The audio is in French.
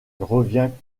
revient